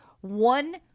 one